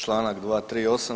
Članak 238.